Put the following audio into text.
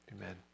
amen